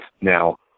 Now